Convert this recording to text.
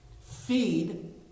feed